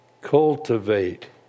Cultivate